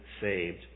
saved